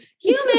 human